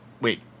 wait